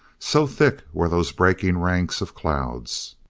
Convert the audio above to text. so thick were those breaking ranks of clouds,